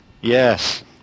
Yes